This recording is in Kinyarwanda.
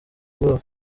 ubwoba